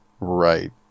Right